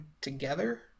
together